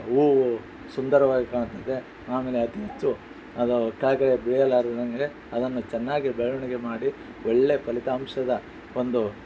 ಹೂವು ಸುಂದರವಾಗಿ ಕಾಣುತ್ತದೆ ಆಮೇಲೆ ಅತೀ ಹೆಚ್ಚು ಅದು ಕೆಳಕಳೆ ಬೆಳೆಯಲಾರದಂಗೆ ಅದನ್ನು ಚೆನ್ನಾಗಿ ಬೆಳವಣಿಗೆ ಮಾಡಿ ಒಳ್ಳೇ ಫಲಿತಾಂಶದ ಒಂದು